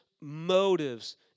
motives